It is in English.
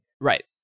Right